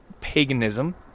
paganism